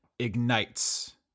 ignites